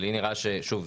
לי נראה - שוב,